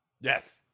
Yes